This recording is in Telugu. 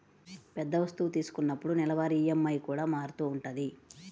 పెద్ద వస్తువు తీసుకున్నప్పుడు నెలవారీ ఈఎంఐ కూడా మారుతూ ఉంటది